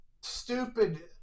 stupid